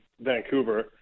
Vancouver